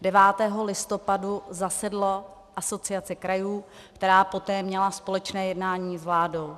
Devátého listopadu zasedla Asociace krajů, která měla poté společné jednání s vládou.